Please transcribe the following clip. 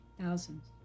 Thousands